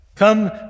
Come